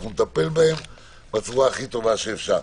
אנחנו נטפל בהן בצורה הכי טובה שאפשר.